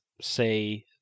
say